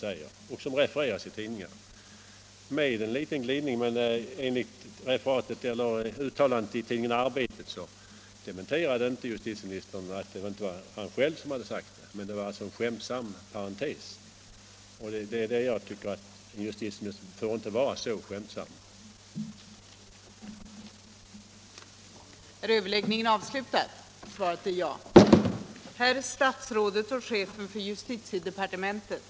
Här förekommer nu en liten glidning i framställningen, men vad gäller referatet av uttalandet i tidningen Arbetet dementerade inte justitieministern att det var han själv som stod för uppfattningen. Han säger bara att det var en skämtsam parentes. Men jag tycker inte att en justitieminister får vara så skämtsam i sådana här sammanhang.